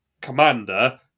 commander